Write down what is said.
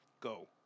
go